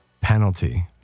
penalty